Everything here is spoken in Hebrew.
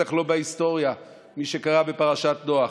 ובטח לא בהיסטוריה, מי שקרא בפרשת נוח.